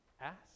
ask